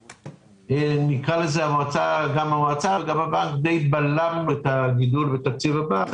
שגם המועצה וגם הבנק די בלמו את הגידול בתקציב הבנק,